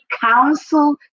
Council